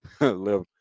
Live